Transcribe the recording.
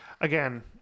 Again